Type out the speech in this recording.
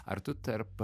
ar tu tarp